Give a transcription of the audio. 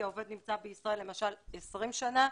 כי העובד בישראל למשל 20 שנה,